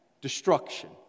destruction